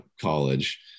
college